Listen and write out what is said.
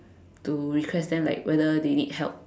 to request them like whether they need help